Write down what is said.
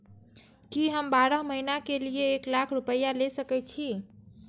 की हम बारह महीना के लिए एक लाख रूपया ले सके छी?